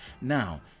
now